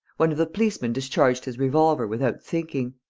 one of the policemen discharged his revolver, without thinking.